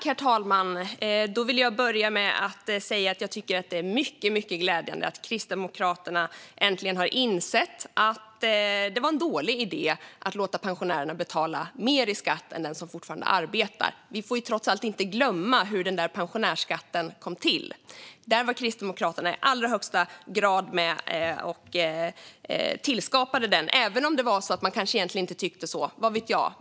Herr talman! Det är mycket glädjande att Kristdemokraterna äntligen har insett att det var en dålig idé att låta pensionärerna betala mer i skatt än de som fortfarande arbetar. Vi får trots allt inte glömma hur pensionärsskatten kom till. Kristdemokraterna var i allra högsta grad med och tillskapade den, även om man kanske inte egentligen tyckte så - vad vet jag?